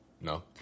No